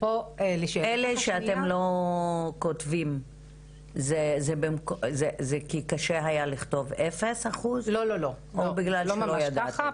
אלה שאתם לא כותבים זה כי קשה היה לכתוב אפס אחוז או בגלל שלא ידעתם?